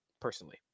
personally